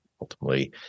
ultimately